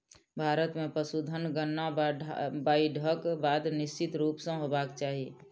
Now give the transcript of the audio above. भारत मे पशुधन गणना बाइढ़क बाद निश्चित रूप सॅ होयबाक चाही